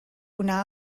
una